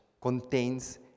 contains